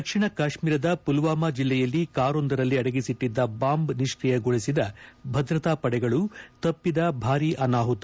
ದಕ್ಷಿಣ ಕಾಶ್ಮೀರದ ಪುಲ್ವಾಮ ಜಿಲ್ಲೆಯಲ್ಲಿ ಕಾರೊಂದರಲ್ಲಿ ಅಡಗಿಸಿಟ್ಟದ್ದ ಬಾಂಬ್ ನಿಷ್ಕಿಯಗೊಳಿಸಿದ ಭದ್ರತಾ ಪಡೆಗಳು ತಪ್ಪಿದ ಭಾರೀ ಅನಾಹುತ